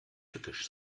tückisch